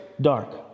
dark